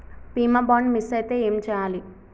బీమా bond miss అయితే ఏం చేయాలి?